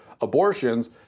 abortions